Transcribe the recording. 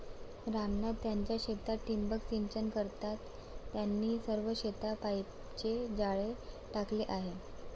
राम नाथ त्यांच्या शेतात ठिबक सिंचन करतात, त्यांनी सर्व शेतात पाईपचे जाळे टाकले आहे